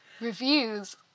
reviews